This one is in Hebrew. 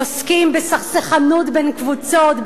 עוסקים בסכסכנות בין קבוצות,